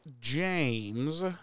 James